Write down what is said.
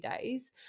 days